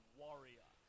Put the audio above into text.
warrior